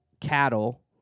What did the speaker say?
cattle